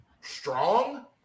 strong